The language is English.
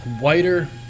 Whiter